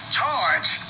charge